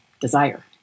desire